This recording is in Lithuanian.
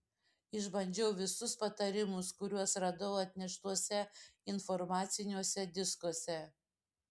išbandžiau visus patarimus kuriuos radau atneštuose informaciniuose diskuose